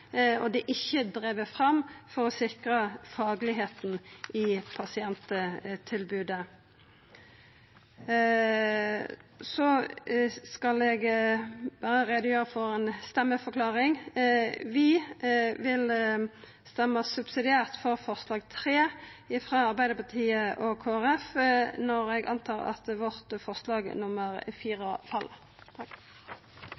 og det er ikkje drive fram for å sikra det faglege i pasienttilbodet. Så vil eg koma med ei stemmeforklaring. Vi vil stemma subsidiært for forslag nr. 3, frå Arbeidarpartiet og Kristeleg Folkeparti, da eg antar at forslaget vårt,